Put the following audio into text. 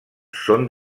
són